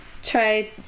Try